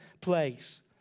place